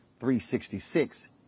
366